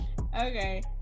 Okay